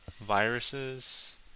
Viruses